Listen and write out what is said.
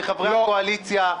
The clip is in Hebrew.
מחברי הקואליציה,